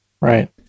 right